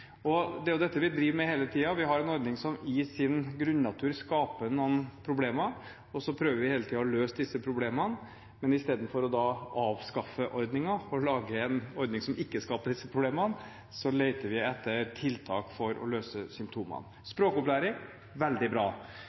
Det er jo dette vi driver med hele tiden – vi har en ordning som i sin grunnatur skaper noen problemer, og så prøver vi hele tiden å løse disse problemene, men istedenfor å avskaffe ordningen og lage en ordning som ikke skaper disse problemene, leter vi etter tiltak for å «løse symptomene». Språkopplæring – veldig bra: